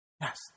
Yes